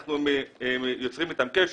אנחנו יוצרים איתם קשר,